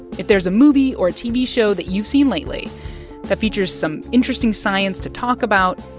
if there's a movie or tv show that you've seen lately that features some interesting science to talk about,